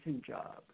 job